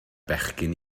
bechgyn